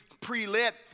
pre-lit